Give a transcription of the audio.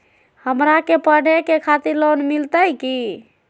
हमरा के पढ़े के खातिर लोन मिलते की?